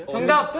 and